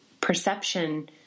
perception